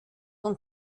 und